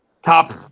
Top